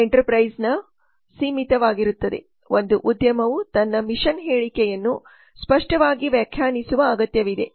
ಎಂಟರ್ಪ್ರೈಸ್ನ ಸೀಮಿತವಾಗಿರುತ್ತದೆ ಒಂದು ಉದ್ಯಮವು ತನ್ನ ಮಿಷನ್ ಹೇಳಿಕೆಯನ್ನು ಸ್ಪಷ್ಟವಾಗಿ ವ್ಯಾಖ್ಯಾನಿಸುವ ಅಗತ್ಯವಿದೆ